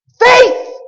Faith